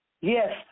Yes